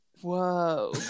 whoa